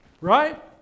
right